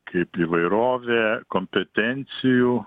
kaip įvairovė kompetencijų